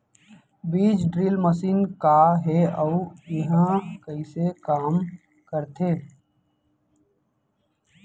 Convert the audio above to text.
बीज drill machine का हे अऊ एहा कइसे काम करथे?